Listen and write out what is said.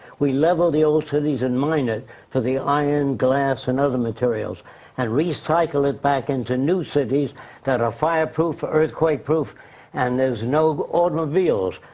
we level the old cities and mine it for the iron, glass and other materials and recycle it back into new cities that are fireproof, earthquake proof and there's no automobiles.